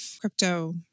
crypto